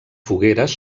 fogueres